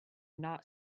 not